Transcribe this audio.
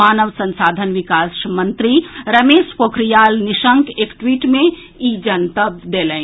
मानव संसाधन विकास मंत्री रमेश पोखरियाल निशंक एक ट्वीट मे ई जनतब देलनि